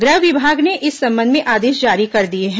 गृह विभाग ने इस संबंध में आदेश जारी कर दिए हैं